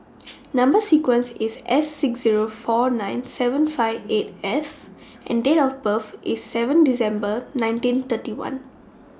Number sequence IS S six Zero four nine seven five eight F and Date of birth IS seven December nineteen thirty one